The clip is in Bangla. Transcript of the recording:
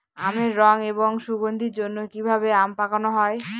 আমের রং এবং সুগন্ধির জন্য কি ভাবে আম পাকানো হয়?